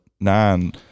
nine